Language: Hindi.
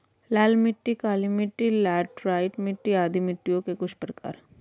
लाल मिट्टी, काली मिटटी, लैटराइट मिट्टी आदि मिट्टियों के कुछ प्रकार है